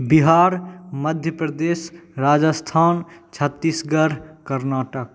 Bihar Madhya Pradesh Rajasthan Chhattisgarh Karnataka